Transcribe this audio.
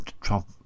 Trump